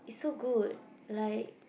it's so good like